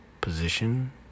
position